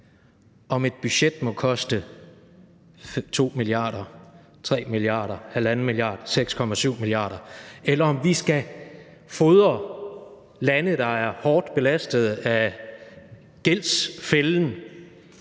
om et budget må koste 2 mia., 3 mia., 1½ mia. 6,7 mia., eller om vi skal fodre lande, der er hårdt belastet af gældsfælden,